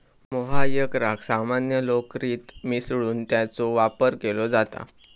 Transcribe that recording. मोहायराक सामान्य लोकरीत मिसळून त्याचो वापर केलो जाता